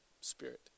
spirit